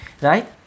Right